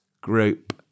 group